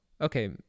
Okay